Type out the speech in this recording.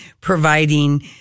providing